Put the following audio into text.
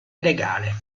legale